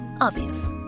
Obvious